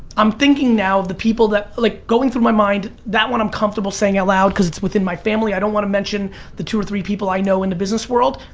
i'm thinking now the people that like going through my mind, that one i'm comfortable saying out loud, because it's within my family. i don't want to mention the two or three people i know in the business world,